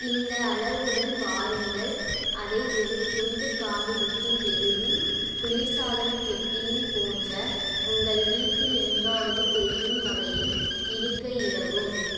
இந்த அளவுடன் வாருங்கள் அதை ஒரு துண்டு காகிதத்தில் எழுதி குளிர்சாதன பெட்டியில் போன்ற உங்கள் வீட்டில் எங்காவது தெரியும் வகையில் இடுகையிடவும்